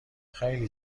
خیلی